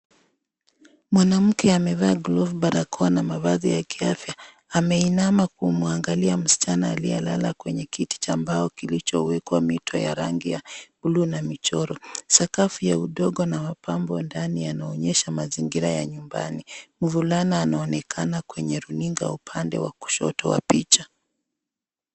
Mwanamke amevaa glove barakoa na mavazi ya kiafya, ameinama kumuangalia msichana aliyelala kwenye kiti cha mbao kilicho wekwa mito ya rangi ya blue na michoro sakafu ya udongo na mapambo ndani yanaonyesha mazingira ya nyumbani, mvulana anaoneka kwenye runinga upande wa kushoto wa picha.